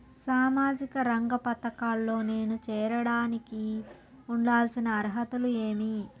సామాజిక రంగ పథకాల్లో నేను చేరడానికి ఉండాల్సిన అర్హతలు ఏమి?